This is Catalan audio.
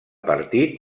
partit